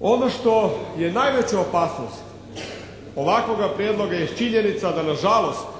Ono što je najveća opasnost ovakvoga prijedloga jest činjenica da na žalost